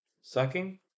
sucking